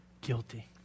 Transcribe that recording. guilty